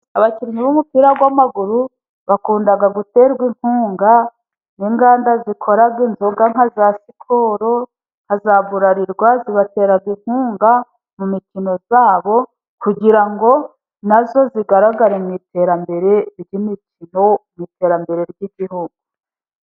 Abakinnyi b'umupira w'amaguru bakunda guterwa inkunga n'inganda zikora inzoga nka za Sikoro, nka za Bararirwa, zibatera inkunga mu mikino yabo, kugira ngo nazo zigaragare mu iterambere ry'imikino, mu iterambere ry'igihugu.